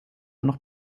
noch